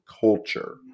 culture